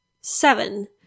seven